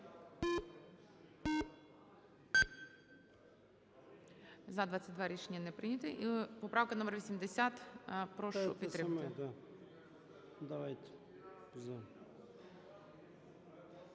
За-22 Рішення не прийнято. І поправка номер 80.